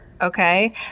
okay